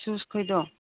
ꯁꯨꯁ ꯈꯣꯏꯗꯣ